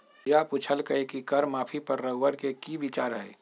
पूजा पुछलई कि कर माफी पर रउअर कि विचार हए